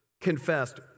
confessed